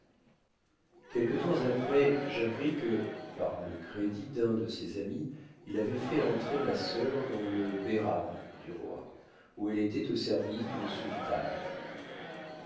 quelque temps après j'appris que par le crédit d'un de ses amis il avoit fait entrer ma sœur dans le beiram du roi où elle étoit au service d'une sultane